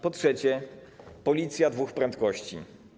Po trzecie, Policja dwóch prędkości.